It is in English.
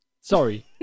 Sorry